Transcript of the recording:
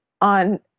on